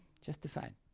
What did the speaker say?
Justified